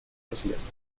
последствий